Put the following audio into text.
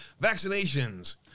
vaccinations